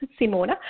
Simona